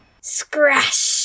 Scratch